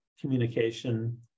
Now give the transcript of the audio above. communication